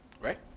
Right